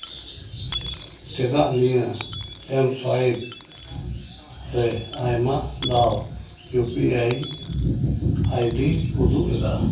ᱪᱮᱫᱟᱜ ᱱᱤᱭᱟᱹ ᱟᱢᱥᱚᱣᱟᱭᱤᱯ ᱨᱮ ᱟᱭᱢᱟ ᱫᱷᱟᱣ ᱤᱭᱩ ᱯᱤ ᱟᱭ ᱟᱭᱰᱤ ᱩᱫᱩᱜᱼᱮᱫᱟ